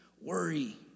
worry